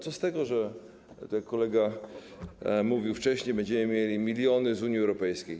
Co z tego, że - tak jak kolega mówił wcześniej - będziemy mieli miliony z Unii Europejskiej?